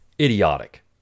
idiotic